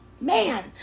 man